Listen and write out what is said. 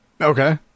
Okay